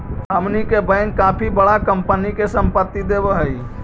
हमनी के बैंक काफी बडा कंपनी के संपत्ति देवऽ हइ